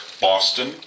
Boston